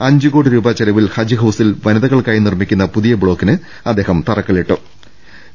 അഞ്ചുകോടി രൂപ ചെലവിൽ ഹജ്ജ് ഹൌസിൽ വനിതകൾക്കായി നിർമ്മിക്കുന്ന പുതിയ ബ്ലോക്കിന് അദ്ദേഹം തറക്കല്ലിടുകയും ചെയ്തു